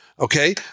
okay